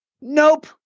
nope